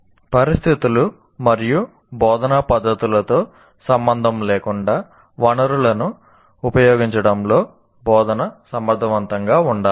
పరిస్థితులు మరియు బోధనా పద్ధతులతో సంబంధం లేకుండా వనరులను ఉపయోగించడంలో బోధన సమర్థవంతంగా ఉండాలి